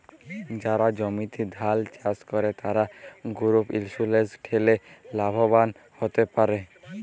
যারা জমিতে ধাল চাস করে, তারা ক্রপ ইন্সুরেন্স ঠেলে লাভবান হ্যতে পারে